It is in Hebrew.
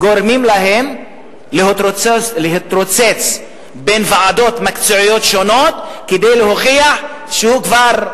גורמים להם להתרוצץ בין ועדות מקצועיות שונות כדי להוכיח שהוא כבר,